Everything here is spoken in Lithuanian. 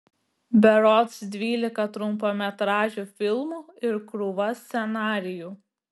berods dvylika trumpametražių filmų ir krūva scenarijų